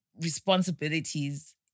responsibilities